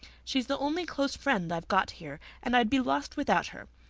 she's the only close friend i've got here and i'd be lost without her.